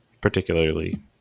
particularly